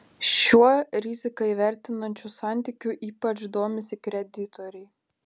šiuo riziką įvertinančiu santykiu ypač domisi kreditoriai